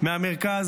מהמרכז,